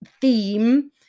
theme